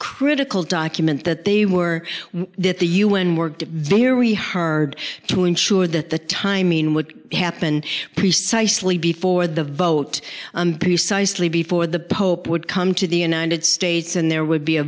critical document that they were that the u n worked very hard to ensure that the timing would happen precisely before the vote precisely before the pope would come to the united states and there would